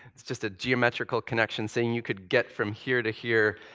it's just a geometrical connection saying you could get from here to here,